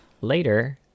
later